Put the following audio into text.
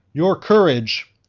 your courage,